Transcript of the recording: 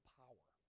power